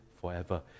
forever